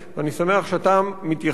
אני שמח שאתה מתייחס,